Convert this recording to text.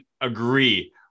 agree